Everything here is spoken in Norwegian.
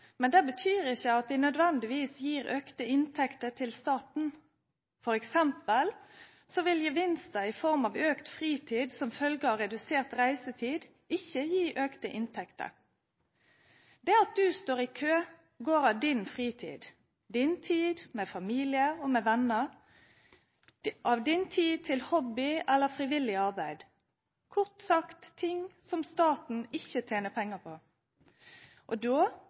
Men det betyr ikke at de nødvendigvis gir økte inntekter til staten. For eksempel vil gevinster i form av økt fritid som følge av redusert reisetid, ikke gi økte inntekter». Det at du står i kø, går av din fritid, av din tid med familie og venner, av din tid til hobby eller frivillig arbeid – kort sagt, ting som staten ikke tjener penger på. Og da